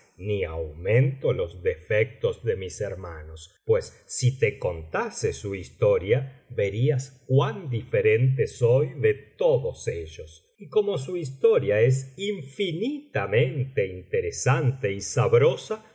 ni aumento los defectos de mis hermanos pues si te contase su historia verías cuan diferente soy de todos ellos y como su historia es infinitamente interesante y sabrosa